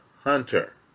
Hunter